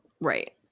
Right